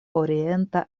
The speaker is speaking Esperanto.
orienta